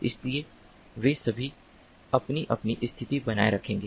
इसलिए वे सभी अपनी अपनी स्थिति बनाए रखेंगे